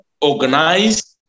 organized